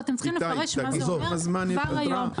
ואתם צריכים לפרש מה זה אומר כבר היום.